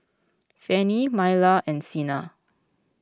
Fanny Myla and Cena